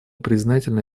признательны